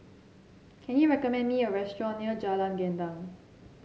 can you recommend me a restaurant near Jalan Gendang